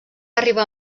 arribar